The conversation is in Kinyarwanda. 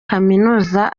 kaminuza